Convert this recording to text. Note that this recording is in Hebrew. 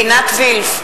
עינת וילף,